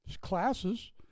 classes